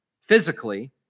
physically